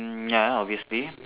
mm ya obviously